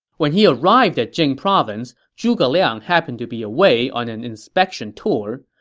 when he arrived at jing province, zhuge liang happened to be away on an inspection tour.